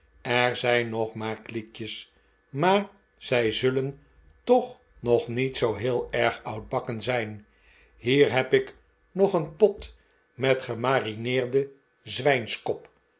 er zijn nog maar kliekjes maar zij zullen toch nog de kamers van john westlock niet zoo heel erg oudbakkeri zijn hier heb ik nog een pot met gemarineerden zwijnskop